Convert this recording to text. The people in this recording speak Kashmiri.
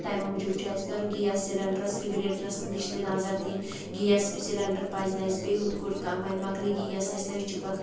تمہِ موٗجوٗب چھُ اَسہِ گَرٕ گیس سِلینڈرَس رِگریٹرس نِش تہِ نظر دِنۍ گیس سِلینڈَر پَزِ نہٕ اَسہِ بیٚیہِ ہُتھ کوٚر وۄنۍ مۄکلہِ گیس اَسہِ تٔتھۍ چھِ پَتہٕ